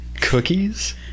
cookies